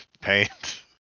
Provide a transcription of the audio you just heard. paint